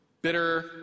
bitter